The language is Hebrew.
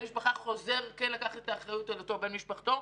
משפחה חוזר לקחת אחריות על בן משפחתו.